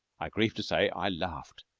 i grieve to say i laughed,